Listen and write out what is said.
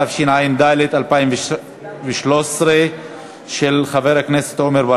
הצעת החוק עברה, ותעבור לוועדת העבודה,